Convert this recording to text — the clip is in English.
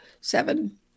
seven